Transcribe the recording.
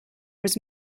was